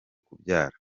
kubyara